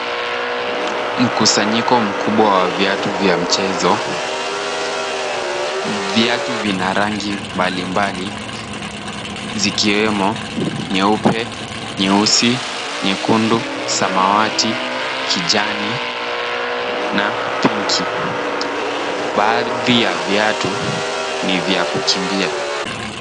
Mkusanyiko mkubwa wa viatu vya mchezo. Viatu vina rangi mbalimbali zikiwemo nyeupe, nyeusi, nyekundu, samawati, kijani na pinki. Baadhi ya viatu ni vya kukimbia.